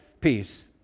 peace